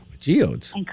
Geodes